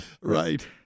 Right